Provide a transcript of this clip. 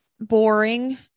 boring